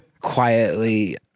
quietly